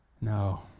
No